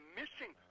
missing